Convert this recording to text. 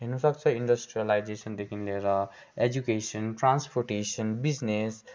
हुनु सक्छ इन्डस्ट्रिलाइजेसनदेखिन् लिएर एजुकेसन ट्रान्सपोर्टेसन बिजिनेस